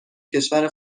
کشور